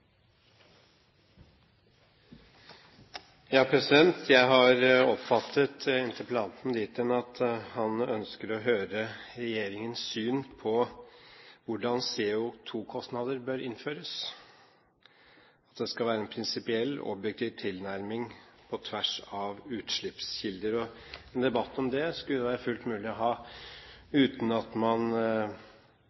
Jeg har oppfattet interpellanten dit hen at han ønsker å høre regjeringens syn på hvordan CO2-kostnader bør innføres, at det skal være «en prinsipiell, objektiv tilnærming på tvers av utslippskilder». En debatt om det skulle det være fullt mulig å ha